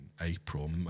april